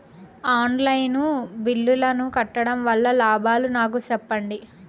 On line బిల్లుల ను కట్టడం వల్ల లాభాలు నాకు సెప్పండి?